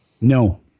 No